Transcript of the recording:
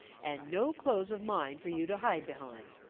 and no clothes of mine for you to hide behind.